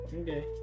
okay